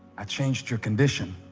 i changed your condition,